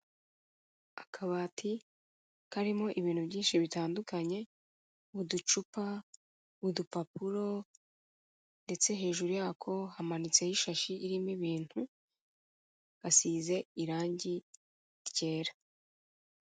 Akabati karimo ibintu byinshi bitandukanye, mu ducupa, udupapuro ndetse hejuru yako hamanitseho ishashi irimo ibintu, basize irangi ryera.